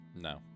No